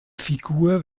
figur